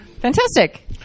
Fantastic